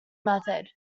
method